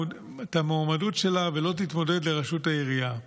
המועמדות שלה ולא תתמודד לראשות העירייה.